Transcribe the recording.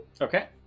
Okay